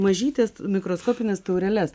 mažytes mikroskopines taureles